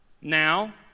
Now